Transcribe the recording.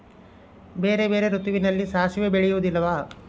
ಬೇರೆ ಬೇರೆ ಋತುವಿನಲ್ಲಿ ಸಾಸಿವೆ ಬೆಳೆಯುವುದಿಲ್ಲವಾ?